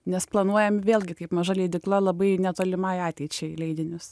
nes planuojam vėlgi kaip maža leidykla labai netolimai ateičiai leidinius